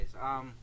guys